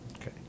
Okay